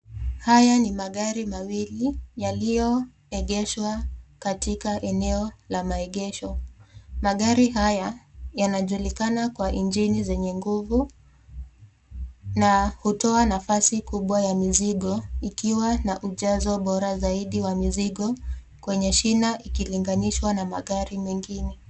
Haya ni magari mawili yaliyoegeshwa katika eneo la maegesho , magari haya yanajulikana kwa injini zenye nguvu na hutoa nafasi kubwa ya mizigo ikiwa na ujazo bora zaidi wa mizigo kwenye shina ikilinganishwa na magari mengine.